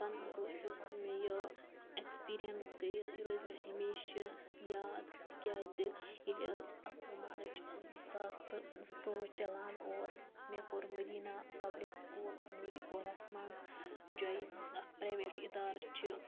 پَنُن یُس مےٚ یہِ اٮ۪کٕسپیٖریَنٕس گٔیہِ یہِ روزِ مےٚ ہمیشہِ یاد تِکیٛازِ ییٚلہِ اَکہٕ وُہ مارٕچ زٕ ساس تہٕ زٕتووُہ چَلان اوس مےٚ کوٚر مٔدیٖنہ پَبلِک سکوٗل نوٗری پورَس منٛز جایِن یُس اَکھ پرٛیویٹ اِدارٕ چھِ